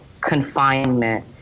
confinement